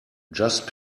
just